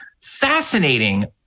fascinating